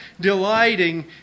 delighting